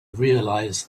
realize